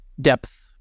depth